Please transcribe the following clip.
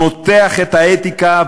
מותח את האתיקה,